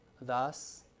Thus